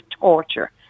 torture